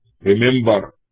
Remember